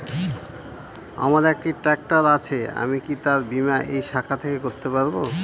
আমার একটি ট্র্যাক্টর আছে আমি কি তার বীমা এই শাখা থেকে করতে পারব?